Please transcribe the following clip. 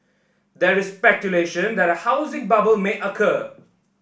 there is speculation that a housing bubble may occur